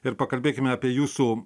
ir pakalbėkime apie jūsų